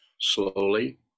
slowly